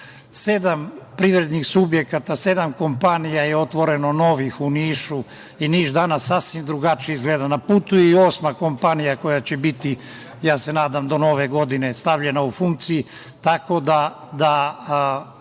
privrednih subjekata, sedam kompanija je otvoreno novih u Nišu. Niš danas sasvim drugačije izgleda. Na putu je i osma kompanija, koja će biti, ja se nadam do nove godine stavljena u funkciju. Ako tome